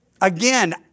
Again